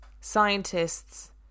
scientists